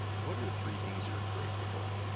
what are the three things you're grateful for?